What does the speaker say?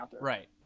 Right